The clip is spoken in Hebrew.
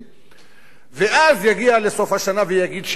ואז הוא יגיע לסוף השנה ויגיד שאין תקציב מדינה,